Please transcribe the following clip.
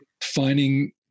finding